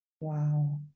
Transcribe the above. Wow